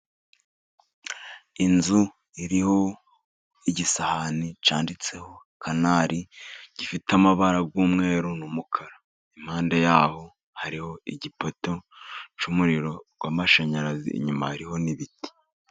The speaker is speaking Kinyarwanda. Inzu iriho igisahani cyanditseho canari, gifite amabara y'umweru n'umukara. Impande yaho hariho igipoto cy'umuriro w'amashanyarazi, inyuma hariho n'ibiti.